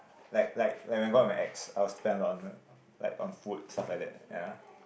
like like like when I go out with my ex I will spend a lot on her like on food stuff like that ya